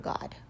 God